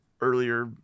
earlier